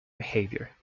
behavior